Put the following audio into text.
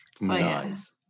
Nice